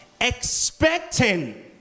expecting